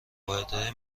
واحدهای